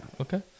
Okay